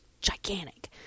gigantic